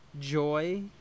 Joy